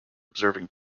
observing